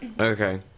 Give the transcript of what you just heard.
Okay